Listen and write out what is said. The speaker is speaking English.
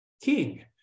king